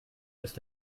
ist